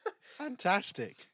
Fantastic